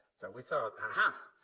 so, we thought, aha,